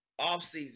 offseason